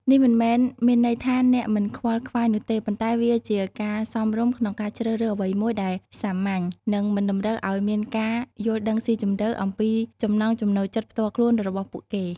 នេះមិនមែនមានន័យថាអ្នកមិនខ្វល់ខ្វាយនោះទេ ប៉ុន្តែវាជាការសមរម្យក្នុងការជ្រើសរើសអ្វីមួយដែលសាមញ្ញ និងមិនតម្រូវឱ្យមានការយល់ដឹងស៊ីជម្រៅអំពីចំណង់ចំណូលចិត្តផ្ទាល់ខ្លួនរបស់ពួកគេ។